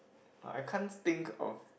uh I can't think of